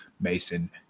Mason